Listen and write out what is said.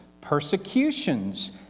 persecutions